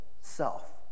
self